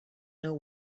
know